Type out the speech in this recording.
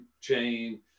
chain